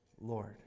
Lord